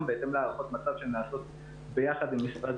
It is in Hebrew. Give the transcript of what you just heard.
בהתאם להערכות מצב שנעשות יחד עם משרד החינוך.